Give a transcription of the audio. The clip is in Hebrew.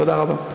תודה רבה.